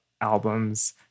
albums